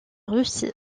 russie